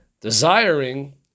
Desiring